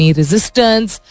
resistance